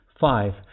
five